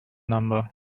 number